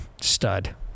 stud